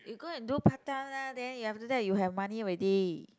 you go and do part time lah then you after that you have money already